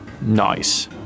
Nice